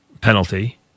penalty